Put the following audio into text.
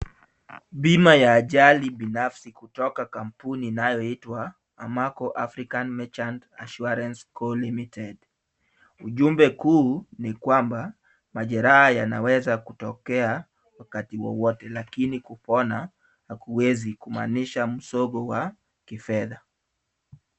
Bima ya ajali binafsi kutoka kampuni inayoitwa Amaco African merchand assurance co. limited. Ujumbe mkuu ni kwamba majeraha yanaweza kutokea wakati wowote lakini kupona hukuwezi kumaanisha msogo wa kifedha.